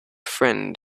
friend